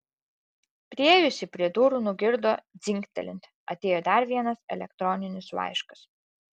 priėjusi prie durų nugirdo dzingtelint atėjo dar vienas elektroninis laiškas